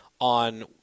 on